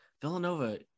Villanova